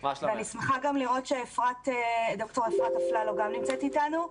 ואני שמחה גם לראות שד"ר אפרת אפללו גם נמצאת איתנו.